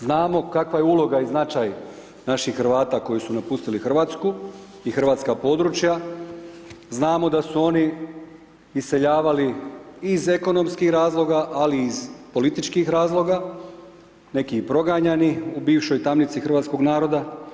Znamo kakva je uloga i značaj naših Hrvata koji su napustili Hrvatsku i hrvatska područja, znamo da su oni iseljavali iz ekonomskih razloga, ali i iz politički razloga, neki i proganjani, u bivšoj tamnici hrvatskog naroda.